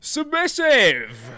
Submissive